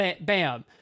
bam